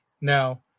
Now